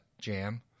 jam